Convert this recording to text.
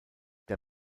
der